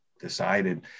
decided